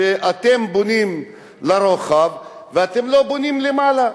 אתם בונים לרוחב, ואתם לא בונים למעלה,